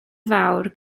fawr